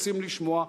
רוצים לשמוע,